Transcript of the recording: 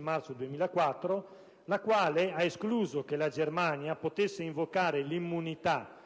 marzo 2004, la quale ha escluso che la Germania potesse invocare l'immunità